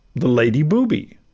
the lady booby,